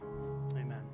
Amen